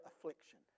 affliction